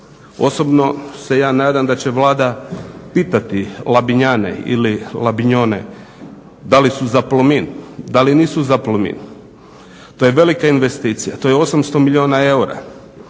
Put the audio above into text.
Osobno se ja nadam da će Vlada pitati Labinjane ili Labinjone da li su za Plomin, da li nisu za Plomin. To je velika investicija, to je 800 milijuna eura.